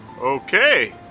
Okay